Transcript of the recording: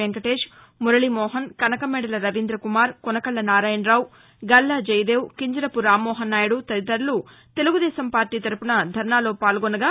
వెంకటేష్ మురళీమోహన్ కనకమేడల రవీంద్రకుమార్ కొనకళ్ళ నారాయణరావు గల్లా జయదేవ్ కింజరాపు రామ్మోహన్నాయుడు తదితరులు తెలుగుదేశం పార్లీ తరపున ధర్నాలో పాల్గొనగా